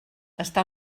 està